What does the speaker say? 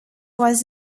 was